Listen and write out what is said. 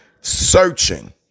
searching